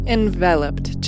enveloped